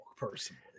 Personally